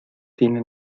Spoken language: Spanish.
tiene